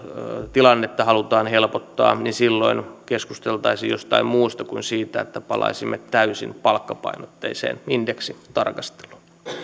tilannetta halutaan helpottaa silloin keskusteltaisiin jostain muusta kuin siitä että palaisimme täysin palkkapainotteiseen indeksitarkasteluun